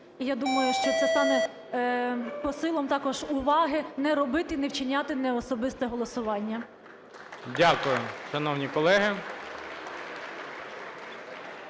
я думаю, що це стане посилом також уваги не робити, не вчиняти неособисте голосування. (Оплески)